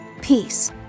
Peace